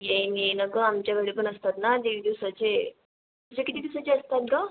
येईन येईन अगं आमच्याकडे पण असतात ना दीड दिवसाचे तुझे किती दिवसाचे असतात गं